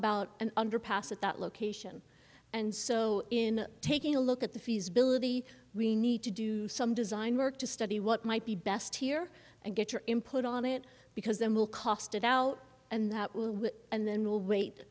about an underpass at that location and so in taking a look at the feasibility we need to do some design work to study what might be best here and get your input on it because then will cost it out and that will and then we'll wait